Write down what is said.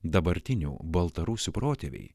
dabartinių baltarusių protėviai